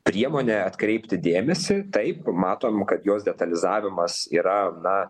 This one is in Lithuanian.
priemonė atkreipti dėmesį taip matom kad jos detalizavimas yra na